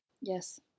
Yes